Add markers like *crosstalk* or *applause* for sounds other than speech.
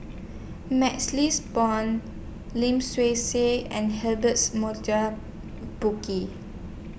MaxLes Blond Lim Swee Say and *unintelligible* Burkill